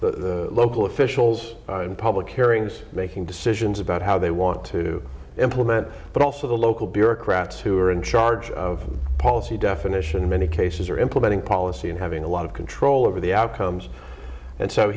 the local officials and public hearings making decisions about how they want to to implement but also the local bureaucrats who are in charge of policy definition in many cases are implementing policy and having a lot of control over the outcomes and so